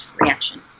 reaction